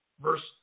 Verse